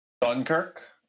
Dunkirk